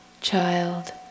Child